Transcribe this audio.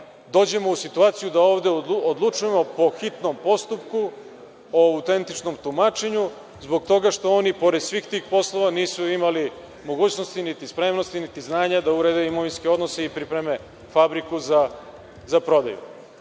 dođemo u situaciju da ovde odlučujemo po hitnom postupku o autentičnom tumačenju, zbog toga što oni, pored svih tih poslova, nisu imali mogućnosti, niti spremnosti, niti znanje, da urede imovinske odnose i pripreme fabriku za prodaju. To